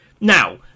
now